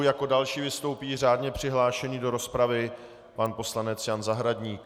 Jako další vystoupí řádně přihlášený do rozpravy pan poslanec Jan Zahradník.